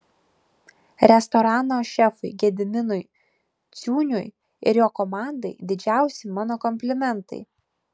restorano šefui gediminui ciūniui ir jo komandai didžiausi mano komplimentai